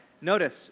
Notice